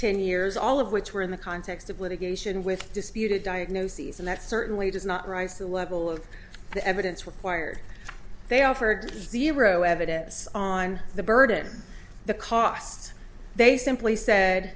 ten years all of which were in the context of litigation with disputed diagnoses and that certainly does not rise to the level of the evidence required they offered zero evidence on the burden of the costs they simply said